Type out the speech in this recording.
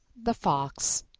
the fox,